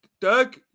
Doug